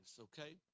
okay